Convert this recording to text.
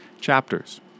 chapters